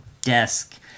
desk